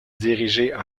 diriger